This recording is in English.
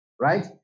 Right